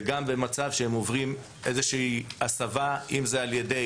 וגם במצב שהם עוברים איזושהי הסבה - אם זה על ידי